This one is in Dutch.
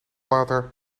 later